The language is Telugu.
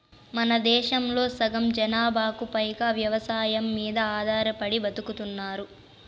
మనదేశంలో సగం జనాభాకు పైగా వ్యవసాయం మీద ఆధారపడి బతుకుతున్నారు